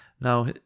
Now